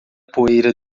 poeira